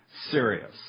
serious